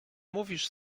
mówisz